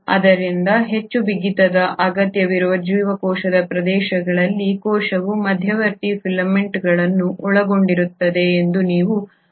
ಆದ್ದರಿಂದ ಹೆಚ್ಚು ಬಿಗಿತದ ಅಗತ್ಯವಿರುವ ಜೀವಕೋಶದ ಪ್ರದೇಶಗಳಲ್ಲಿ ಕೋಶವು ಮಧ್ಯವರ್ತಿ ಫಿಲಮೆಂಟ್ಗಳನ್ನು ಒಳಗೊಂಡಿರುತ್ತದೆ ಎಂದು ನೀವು ಕಂಡುಕೊಳ್ಳುತ್ತೀರಿ